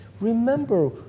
Remember